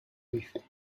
hice